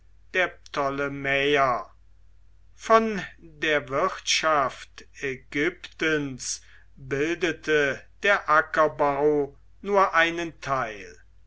der tolle von der wirtschaft ägyptens bildete der ackerbau nur einen teil